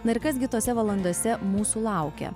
na ir kas gi tose valandose mūsų laukia